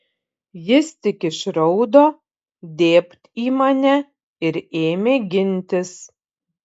jis tik išraudo dėbt į mane ir ėmė gintis